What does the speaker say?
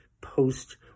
post